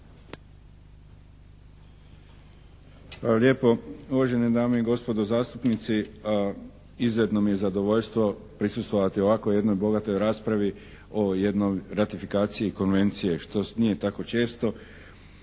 lijepo. Uvažene dame i gospodo zastupnici izuzetno mi je zadovoljstvo prisustvovati ovako jednoj bogatoj raspravi o jednoj ratifikaciji Konvencije, što nije tako često.